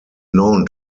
known